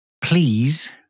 please